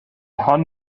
hon